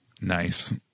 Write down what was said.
Nice